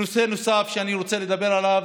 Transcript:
נושא נוסף שאני רוצה לדבר עליו,